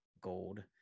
gold